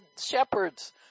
shepherds